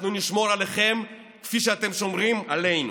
אנחנו נשמור עליכם כפי שאתם שומרים עלינו.